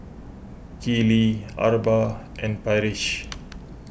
Keeley Arba and Parrish